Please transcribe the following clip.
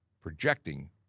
projecting